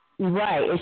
Right